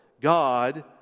God